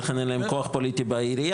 ולכן אין להם כוח פוליטי בעירייה.